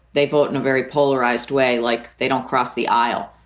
they vote in a very polarized way, like they don't cross the aisle.